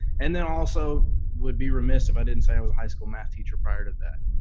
and then also would be remiss if i didn't say i was a high school math teacher prior to that.